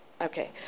Okay